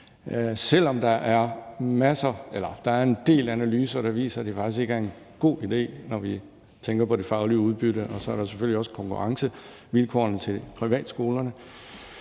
selv om der er en del analyser, der viser, at det faktisk ikke er en god idé, når vi tænker på det faglige udbytte. Og så er der selvfølgelig også konkurrencevilkårene i forhold til privatskolerne.